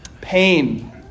Pain